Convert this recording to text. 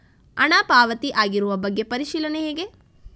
ಹಣ ಪಾವತಿ ಆಗಿರುವ ಬಗ್ಗೆ ಪರಿಶೀಲನೆ ಹೇಗೆ?